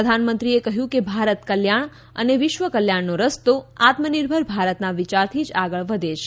પ્રધાનમંત્રીએ કહ્યું કે ભારત કલ્યાણ અને વિશ્વ કલ્યાણનો રસ્તો આત્મનિર્ભર ભારતના વિચારથી જ આગળ વધે છ